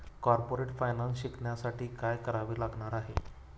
Corporate finance शिकण्यासाठी काय करावे लागणार आहे?